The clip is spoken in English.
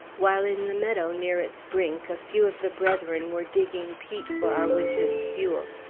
while in the meadow, near its brink, a few of the brethren were digging peat for our winter's fuel.